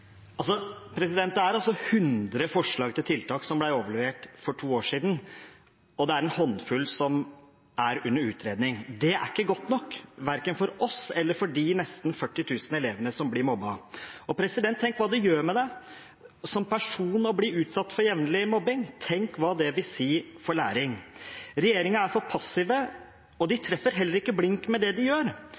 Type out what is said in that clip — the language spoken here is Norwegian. Det er 100 forslag til tiltak som ble overlevert for to år siden, og det er en håndfull som er under utredning. Det er ikke godt nok verken for oss eller for de nesten 40 000 elevene som blir mobbet. Tenk hva det gjør med deg som person å bli utsatt for jevnlig mobbing? Tenk hva det vil si for læring? Regjeringen er for passiv, og de treffer heller ikke blink med det de gjør.